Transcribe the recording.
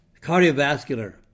Cardiovascular